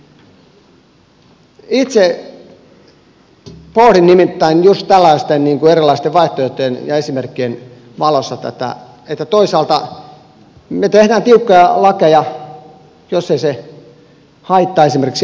itse pohdin nimittäin just tällaisten erilaisten vaihtoehtojen ja esimerkkien valossa tätä että toisaalta me teemme tiukkoja lakeja jos ei se haittaa esimerkiksi elinkeinotoimintaa